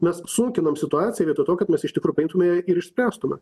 mes sunkinam situaciją vietoj to kad mes iš tikrųjų paimtume ją ir išspręstume